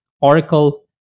Oracle